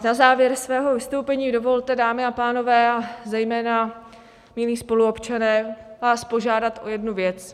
Na závěr mého vystoupení mi dovolte, dámy a pánové, a zejména milí spoluobčané, vás požádat o jednu věc.